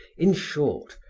in short,